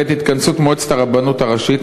בעת התכנסות מועצת הרבנות הראשית,